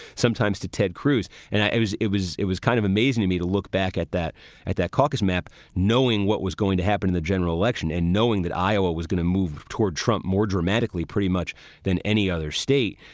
sometimes to ted cruz. and it was it was it was kind of amazing to me to look back at that at that caucus map, knowing what was going to happen in the general election and knowing that iowa was going to move toward trump more dramatically, pretty much than any other state.